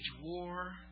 war